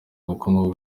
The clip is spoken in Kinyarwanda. ubukungu